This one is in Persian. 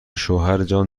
شوهرجان